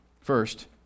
First